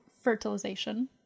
fertilization